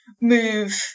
move